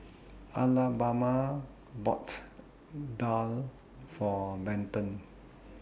Alabama bought Daal For Benton